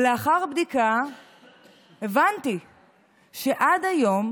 לאחר בדיקה הבנתי שעד היום